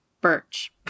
birch